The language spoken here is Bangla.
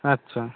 আচ্ছা